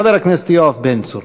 חבר הכנסת יואב בן צור.